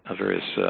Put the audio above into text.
ah various